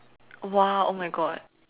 !wow! oh my god